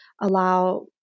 allow